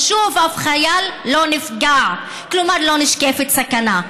שוב, אף חייל לא נפגע, כלומר לא נשקפת סכנה.